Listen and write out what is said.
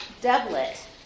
doublet